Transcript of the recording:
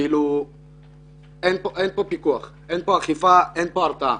אין אכיפה ואין הרתעה.